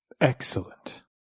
Excellent